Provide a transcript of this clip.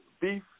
beef